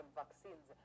vaccines